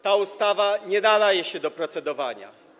Ta ustawa nie nadaje się do procedowania.